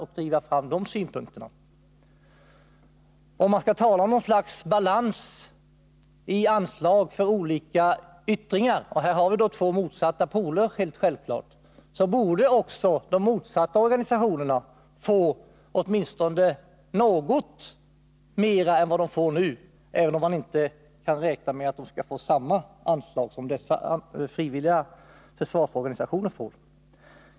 För att det skall bli någon balans i fråga om anslagen, borde också de motstående organisationerna — vi har här två motsatta poler — få åtminstone något mer än vad de får nu, även om man inte kan räkna med att de skall få samma anslag som de frivilliga försvarsorganisationerna.